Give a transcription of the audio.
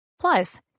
Plus